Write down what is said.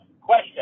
Question